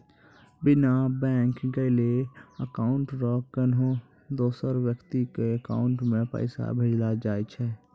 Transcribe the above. बिना बैंक गेलैं अकाउंट से कोन्हो दोसर व्यक्ति के अकाउंट मे पैसा भेजलो जाय छै